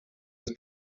het